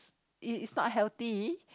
it is not healthy